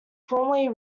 formally